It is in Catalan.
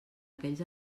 aquells